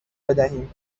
بدهیم